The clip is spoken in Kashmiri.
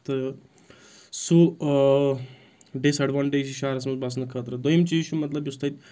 تہٕ سُہ ڈِسایٚڈوانٹیج چھِ شَہرَس منٛز بَسنہٕ خٲطرٕ دوٚیِم چیٖز چھُ مطلب یُس تَتہِ